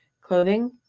clothing